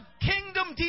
kingdom